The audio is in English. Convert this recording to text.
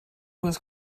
with